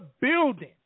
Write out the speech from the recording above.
building